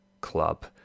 club